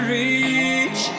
reach